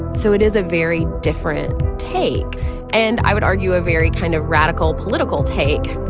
so it is a very different take and, i would argue, a very kind of radical political take